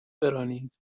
برانید